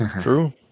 True